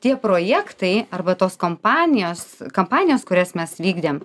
tie projektai arba tos kompanijos kampanijas kurias mes vykdėm